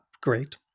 great